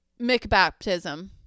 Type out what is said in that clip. McBaptism